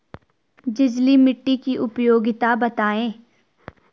छिछली मिट्टी की उपयोगिता बतायें?